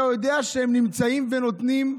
אתה יודע שהם נמצאים ונותנים.